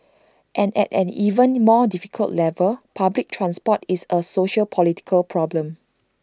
and at an even more difficult level public transport is A sociopolitical problem